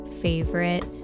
favorite